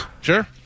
sure